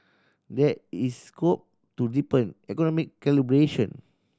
there is scope to deepen economic collaboration